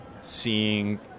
seeing